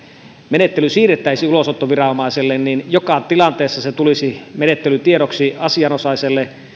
menettely siirrettäisiin ulosottoviranomaiselle niin joka tilanteessa se menettely tulisi tiedoksi asian osaiselle